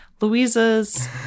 Louisa's